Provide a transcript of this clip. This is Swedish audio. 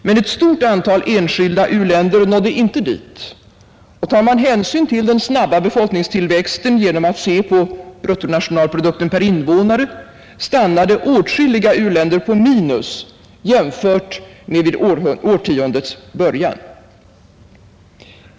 Men ett stort antal enskilda u-länder nådde icke dit, och tar man hänsyn till den snabba befolkningstillväxten genom att se på bruttonationalprodukten per invånare, stannade åtskilliga u-länder på minus jämfört med vid årtiondets början.